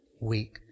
Weak